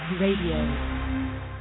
Radio